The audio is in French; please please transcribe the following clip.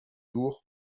door